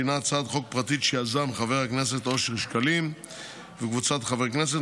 שהיא הצעת חוק פרטית שיזמו חבר הכנסת אושר שקלים וקבוצת חברי הכנסת,